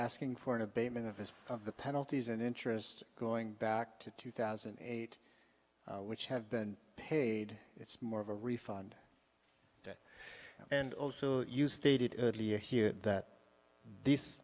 asking for an abatement of this of the penalties and interest going back to two thousand and eight which have been paid it's more of a refund and also you stated earlier here that th